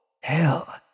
Hell